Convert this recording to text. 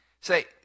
say